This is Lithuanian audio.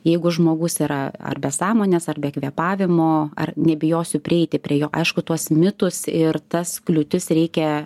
jeigu žmogus yra ar be sąmonės ar be kvėpavimo ar nebijosiu prieiti prie jo aišku tuos mitus ir tas kliūtis reikia